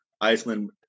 Iceland